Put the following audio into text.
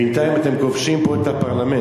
בינתיים אתם כובשים פה את הפרלמנט,